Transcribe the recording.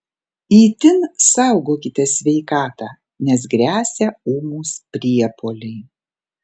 itin saugokite sveikatą nes gresia ūmūs priepuoliai